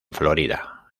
florida